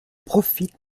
profite